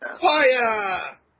Fire